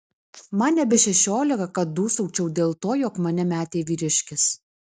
man nebe šešiolika kad dūsaučiau dėl to jog mane metė vyriškis